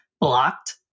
blocked